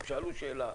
הם שאלו שאלה.